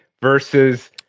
versus